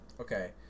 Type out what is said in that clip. Okay